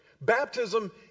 Baptism